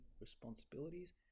responsibilities